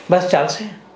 બસ ચાલશે